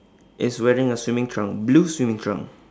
is wearing a swimming trunk blue swimming trunk